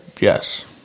yes